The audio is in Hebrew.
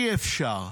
אי-אפשר,